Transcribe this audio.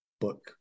book